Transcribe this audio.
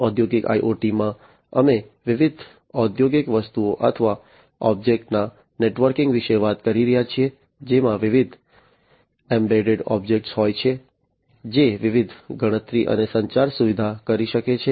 ઔદ્યોગિક IoT માં અમે વિવિધ ઔદ્યોગિક વસ્તુઓ અથવા ઑબ્જેક્ટ ના નેટવર્કિંગ વિશે વાત કરી રહ્યા છીએ જેમાં વિવિધ એમ્બેડેડ ઑબ્જેક્ટ હોય છે જે વિવિધ ગણતરી અને સંચાર સુવિધાઓ કરી શકે છે